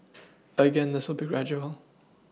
again this will be gradual